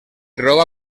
roba